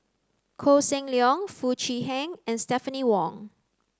Koh Seng Leong Foo Chee Han and Stephanie Wong